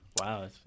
Wow